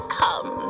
come